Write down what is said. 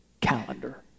calendar